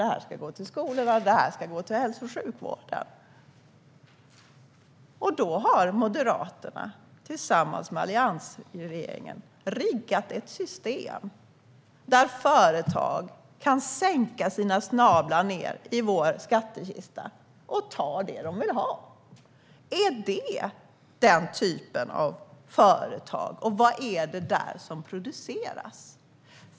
Det här ska gå till skolorna. Det här ska gå till hälso och sjukvården. Då har Moderaterna tillsammans med alliansregeringen riggat ett system där företag kan sänka ned sina snablar i vår skattekista och ta det de vill ha. Är det den typ av företag vi ska ha, och vad är det som produceras där?